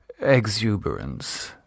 Exuberance